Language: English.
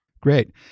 Great